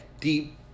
Deep